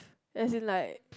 and you like